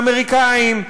האמריקנים,